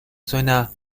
suena